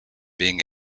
being